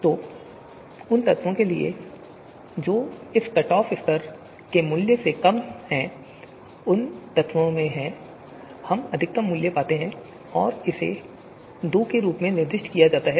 तो उन तत्वों के लिए जो इस कट ऑफ स्तर के मूल्य से कम हैं उन तत्वों में से हम अधिकतम मूल्य पाते हैं और इसे 2 के रूप में निर्दिष्ट किया जाता है